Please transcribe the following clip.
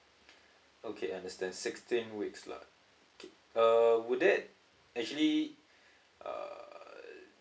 okay understand sixteen weeks lah uh would that actually uh